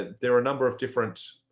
there are a number of different